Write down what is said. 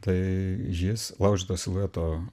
tai jis laužyto silueto